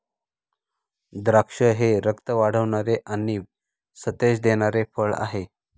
द्राक्षे हे रक्त वाढवणारे आणि सतेज देणारे फळ आहे